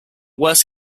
worst